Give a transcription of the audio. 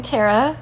Tara